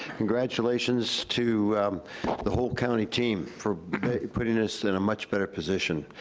congratulations to the whole county team, for putting us in a much better position.